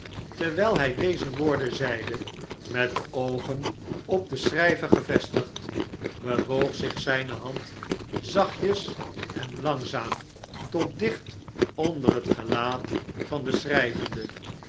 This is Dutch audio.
terwjjl hjj deze woorden zeide met de oogen op den schrn'ver gevestigd bewoog zich zjjne handzachtjes en langzaam tot dicht onder het gelaat van den schrjjvende